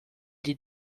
die